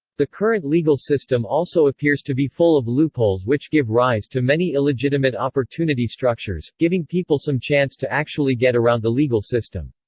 the current legal system also appears to be full of loopholes which give rise to many illegitimate opportunity structures, giving people some chance to actually get around the legal system.